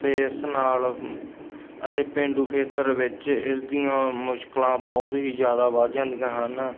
ਅਤੇ ਇਸ ਨਾਲ ਅਤੇ ਪੇਂਡੂ ਖੇਤਰ ਵਿੱਚ ਇਸ ਦੀਆਂ ਮੁਸ਼ਕਿਲਾਂ ਬਹੁਤ ਹੀ ਜ਼ਿਆਦਾ ਵੱਧ ਜਾਂਦੀਆਂ ਹਨ